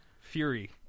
fury